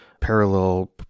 parallel